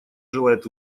желает